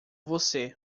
você